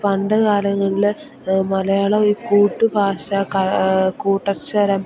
പണ്ടു കാലങ്ങളിൽ മലയാളം ഈ കൂട്ടുഭാഷ കൂട്ടക്ഷരം